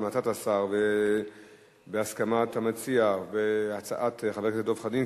בהמלצת השר ובהסכמת המציע ובהצעת חבר הכנסת דב חנין,